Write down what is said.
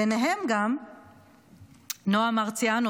ובהם גם נועה מרציאנו,